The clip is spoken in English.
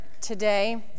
today